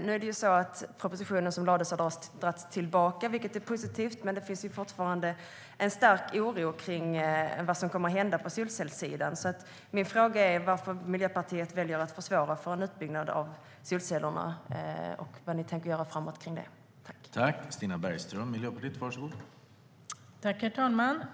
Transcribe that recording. Nu har den proposition som lades dragits tillbaka, vilket är positivt, men det finns fortfarande en stark oro för vad som kommer att hända på solcellssidan. Min fråga är varför Miljöpartiet väljer att försvåra för en utbyggnad av solceller och vad ni har tänkt göra framåt när det gäller detta.